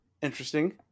interesting